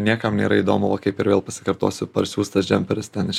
niekam nėra įdomu kaip ir vėl pasikartosiu parsiųstas džemperis ten iš